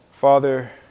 Father